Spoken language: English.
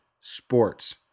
sports